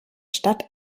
stadt